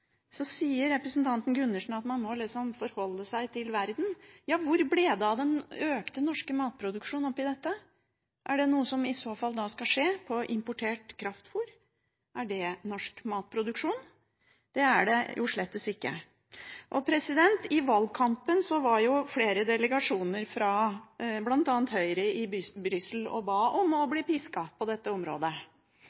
Så sier representanten Gundersen at man må forholde seg til verden. Ja, hvor ble det av den økte norske matproduksjonen oppi dette? Er det noe som i så fall skal skje på importert kraftfôr? Er det norsk matproduksjon? Det er det slettes ikke. I valgkampen var flere delegasjoner fra bl.a. Høyre i Brussel og ba om å